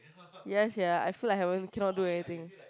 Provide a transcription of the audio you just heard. yes sia I feel like haven't cannot do anything